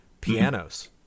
pianos